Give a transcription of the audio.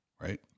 right